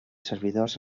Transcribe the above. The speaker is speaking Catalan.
servidors